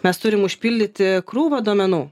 mes turim užpildyti krūvą duomenų